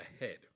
ahead